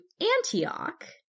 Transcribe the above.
Antioch